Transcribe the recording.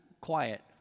quiet